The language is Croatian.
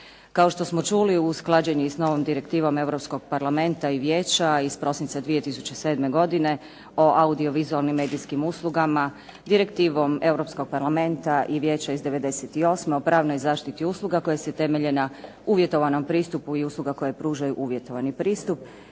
Kao što smo čuli usklađen je i s novom direktivom Europskog Parlamenta i Vijeća iz prosinca 2007. godine o audiovizualnim medijskim uslugama, direktivom Europskog Parlamenta i Vijeća iz '98. o pravnoj zaštiti usluga koje se temelje na uvjetovanom pristupu i usluga koje pružaju uvjetovani pristup